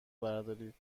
بردارید